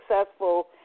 successful